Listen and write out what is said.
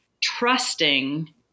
trusting